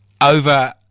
Over